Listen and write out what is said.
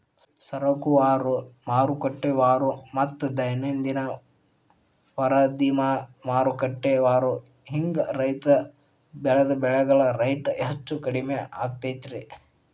ಸರಕುವಾರು, ಮಾರುಕಟ್ಟೆವಾರುಮತ್ತ ದೈನಂದಿನ ವರದಿಮಾರುಕಟ್ಟೆವಾರು ಹಿಂಗ ರೈತ ಬೆಳಿದ ಬೆಳೆಗಳ ರೇಟ್ ಹೆಚ್ಚು ಕಡಿಮಿ ಆಗ್ತಿರ್ತೇತಿ